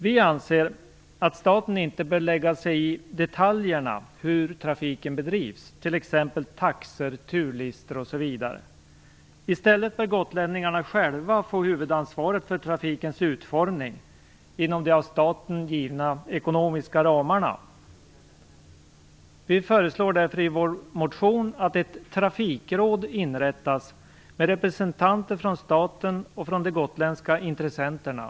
Vi anser att staten inte bör lägga sig i detaljerna i hur trafiken bedrivs, t.ex. taxor, turlistor osv. I stället bör gotlänningarna själva få huvudansvaret för trafikens utformning inom de av staten givna ekonomiska ramarna. Vi föreslår därför i vår motion att ett trafikråd inrättas, med representanter för staten och de gotländska intressenterna.